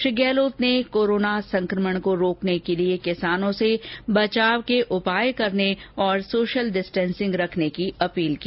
श्री गहलोत ने कोरोना के संक्रमण को रोकने को लिए किसानों से बचाव के उपाय अपनाने सोशल डिस्टेंसिंग रखने की अपील की